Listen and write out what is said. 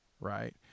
right